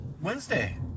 Wednesday